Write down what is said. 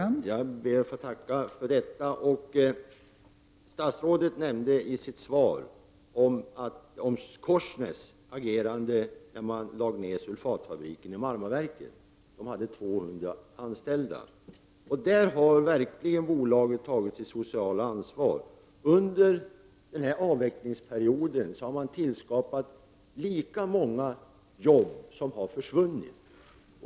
Fru talman! Jag ber att få tacka för detta. Statsrådet nämnde i sitt svar Korsnäs agerande när sulfatfabriken i Marmaverken lades ned. Företaget hade 200 anställda. I detta fall har bolaget verkligen tagit sitt sociala ansvar. Under denna avvecklingsperiod har bolaget tillskapat lika många jobb som har försvunnit.